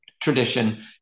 tradition